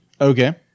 Okay